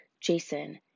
Jason